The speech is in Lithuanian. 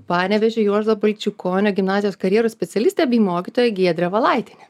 panevėžio juozo balčikonio gimnazijos karjeros specialistė bei mokytoja giedrė valaitienė